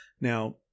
now